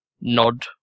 nod